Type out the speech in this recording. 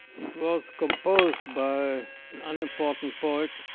it was composed by an unimportant poet,